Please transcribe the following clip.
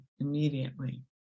immediately